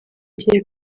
gihe